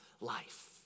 life